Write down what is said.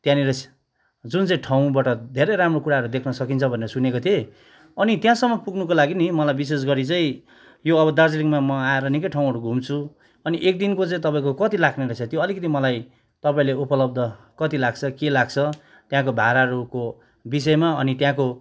त्यहाँनिर जुन चाहिँ ठाउँबबाट धेरै राम्रो कुराहरू देख्न सकिन्छ भनेर सुनेको थिएँ अनि त्यहाँसम्म पुग्नुको लागि नि मलाई विशेष गरी चाहिँ यो अब दार्जिलिङमा म आएर निक्कै ठाउँहरू घुम्छु अनि एकदिनको चाहिँ तपाईँको कति लाग्ने रहेछ त्यो अलिकति मलाई तपाईँले उपलब्ध कति लाग्छ के लाग्छ त्यहाँको भाडाहरूको विषयमा अनि त्यहाँको